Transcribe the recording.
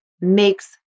makes